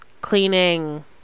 cleaning